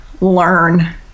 learn